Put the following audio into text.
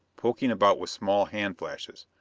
poking about with small hand-flashes.